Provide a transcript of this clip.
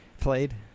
played